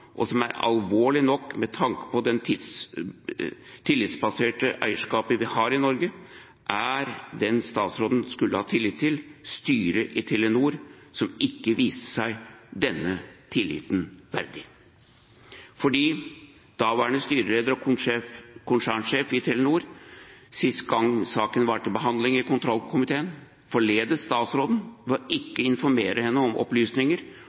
og som er alvorlig nok med tanke på det tillitsbaserte eierskapet vi har i Norge, er at dem statsråden skulle ha tillit til, styret i Telenor, ikke viste seg å være denne tilliten verdig. Daværende styreleder og daværende konsernsjef i Telenor forledet statsråden, sist gang saken var til behandling i kontrollkomiteen, ved ikke å informere henne om opplysninger